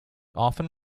often